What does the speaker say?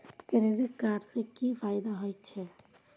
Credit card से कि फायदा होय छे?